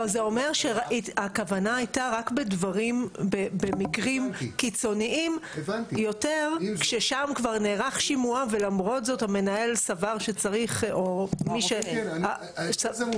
זה בדיוק תמונת ראי של מישהו נאות שמתפרסם ומתפאר בזה שהוא